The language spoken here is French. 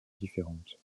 différente